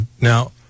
Now